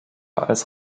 als